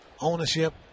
ownership